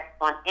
on